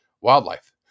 wildlife